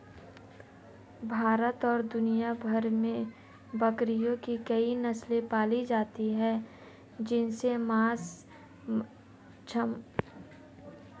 भारत और दुनिया भर में बकरियों की कई नस्ले पाली जाती हैं जिनसे मांस, चमड़ा व दूध प्राप्त होता है